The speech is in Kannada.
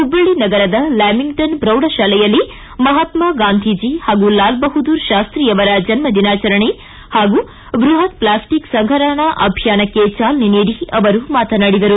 ಹುಬ್ವಳ್ಳಿ ನಗರದ ಲ್ಕಾಮಿಂಗಟನ್ ಪ್ರೌಢಶಾಲೆಯಲ್ಲಿ ಮಹಾತ್ಮಾ ಗಾಂಧೀಜಿ ಹಾಗೂ ಲಾಲ್ ಬಹದ್ದೂರ್ ಶಾಶ್ರಿಯವರ ಜನ್ಮದಿನಾಚರಣೆ ಹಾಗೂ ಬೃಹತ್ ಪ್ಲಾಸ್ಟಿಕ್ ಸಂಗ್ರಪಣಾ ಅಭಿಯಾನಕ್ಕೆ ಚಾಲನೆ ನೀಡಿ ಅವರು ಮಾತನಾಡಿದರು